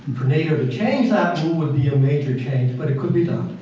for nato to change that rule would be a major change, but it could be done.